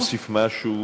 רק להוסיף משהו,